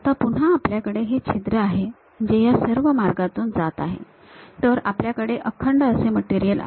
आता पुन्हा आपलीकडे हे छिद्र आहे जे या सर्व मार्गातून जात आहे तर आपल्याकडे हे अखंड असे मटेरियल आहे